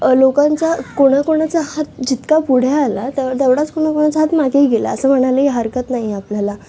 लोकांचा कोणाकोणाचा हात जितका पुढे आला त्यावेळ तेवढाच कोणाकोणाचा हात मागेही गेला असं म्हणायलाही हरकत नाही आहे आपल्याला